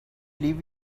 leave